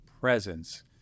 presence